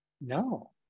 no